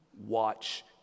watch